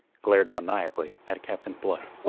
glared maniacally at captain blood.